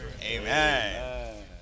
Amen